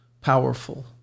powerful